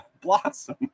blossom